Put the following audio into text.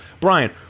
Brian